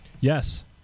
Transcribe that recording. Yes